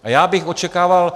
A já bych očekával...